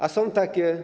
A są takie.